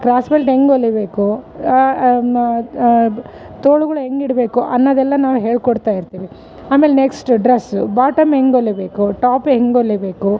ಕ್ರಾಸ್ಸ್ವಾಲ್ಡ್ ಹೆಂಗೆ ಹೊಲಿಬೇಕು ನ ತೋಳುಗಳ್ ಹೆಂಗೆ ಇಡಬೇಕು ಅನ್ನೋದೆಲ್ಲ ನಾವು ಹೇಳ್ಕೊಡ್ತ ಇರ್ತೀವಿ ಆಮೇಲೆ ನೆಕ್ಸ್ಟ್ ಡ್ರಸ್ ಬಾಟಮ್ ಹೆಂಗೆ ಹೊಲಿಬೇಕು ಟಾಪ್ ಹೆಂಗೆ ಹೊಲಿಬೇಕು